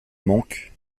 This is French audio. manquent